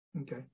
Okay